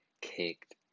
kicked